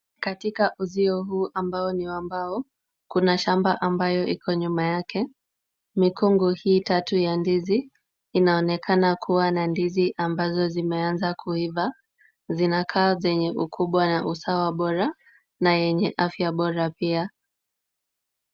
Katika uzio huu ambao ni wa mbao, kuna shamba ambayo iko nyuma yake. Mikungu hii tatu ya ndizi, inaonekana kuwa na ndizi ambazo zimeanza kuiva. Zinakaa zenye ukubwa na usawa bora na yenye afya bora pia.